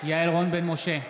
יעל רון בן משה,